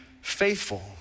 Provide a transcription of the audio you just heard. faithful